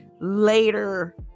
later